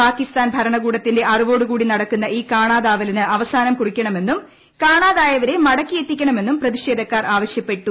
പാകിസ്ഥാൻ സിന്ന് ഭരണകൂടത്തിന്റെ അറിവോടുകൂടി നടക്കുന്ന ഈ കാണാതാവലിനു അവസാനം കുറിക്കണമെന്നും കാണാതായവരെ മടക്കി എത്തിക്കണമെന്നും പ്രതിഷേധക്കാർ ആവശ്യപ്പെട്ടു